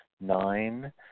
Nine